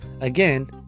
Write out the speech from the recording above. again